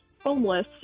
homeless